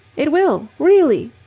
it will, really.